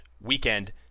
weekend